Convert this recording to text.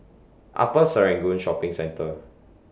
Upper Serangoon Shopping Centre